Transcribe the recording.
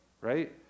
Right